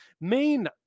main